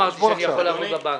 אדוני,